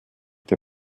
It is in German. der